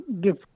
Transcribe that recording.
give